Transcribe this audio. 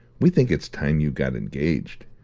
we think it's time you got engaged.